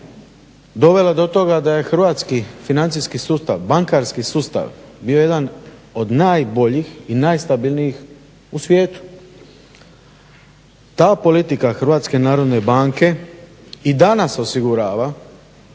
dovela do toga da je hrvatski financijski sustav, bankarski sustav bio jedan od najboljih i najstabilnijih u svijetu. Ta politika Hrvatske